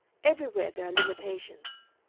everywhere there are limitations.